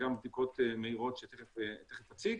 וגם בדיקות מהירות שתיכף אציג,